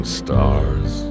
stars